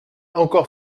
encore